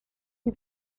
die